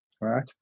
right